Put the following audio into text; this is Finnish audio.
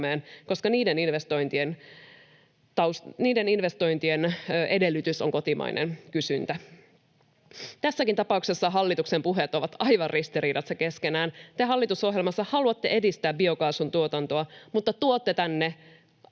koska niiden investointien edellytys on kotimainen kysyntä. Tässäkin tapauksessa hallituksen puheet ovat aivan ristiriidassa keskenään. Te hallitusohjelmassa haluatte edistää biokaasun tuotantoa, mutta tuotte tänne